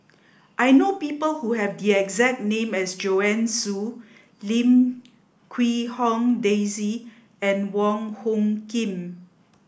I know people who have the exact name as Joanne Soo Lim Quee Hong Daisy and Wong Hung Khim